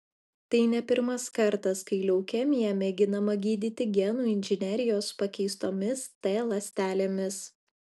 tai ne pirmas kartas kai leukemiją mėginama gydyti genų inžinerijos pakeistomis t ląstelėmis